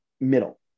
middle